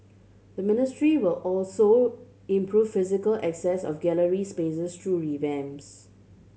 the ministry will also improve physical access of gallery spaces through revamps